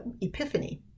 Epiphany